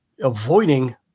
avoiding